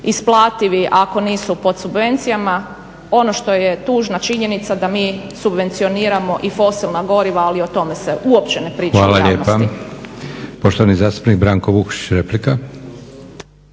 isplativi ako nisu pod subvencijama. Ono što je tužna činjenica da mi subvencioniramo i fosilna goriva ali o tome se uopće ne priča u javnosti. **Leko, Josip (SDP)** Hvala lijepa. Poštovani zastupnik Branko Vukšić, replika.